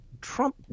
trump